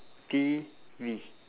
T_V